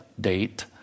date